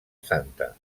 santa